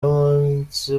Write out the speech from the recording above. y’umunsi